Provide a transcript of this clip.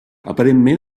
aparentment